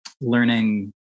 learning